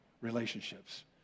relationships